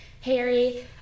Harry